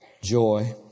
Joy